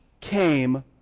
came